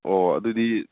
ꯑꯣ ꯑꯗꯨꯗꯤ